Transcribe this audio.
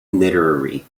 literary